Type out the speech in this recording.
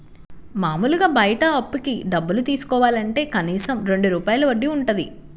మాములుగా బయట అప్పుకి డబ్బులు తీసుకోవాలంటే కనీసం రెండు రూపాయల వడ్డీ వుంటది